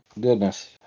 Goodness